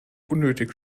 unnötig